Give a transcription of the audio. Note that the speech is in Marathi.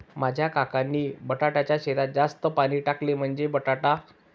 माझ्या काकांनी बटाट्याच्या शेतात जास्त पाणी टाकले, म्हणजे बटाटा